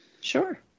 Sure